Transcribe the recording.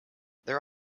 there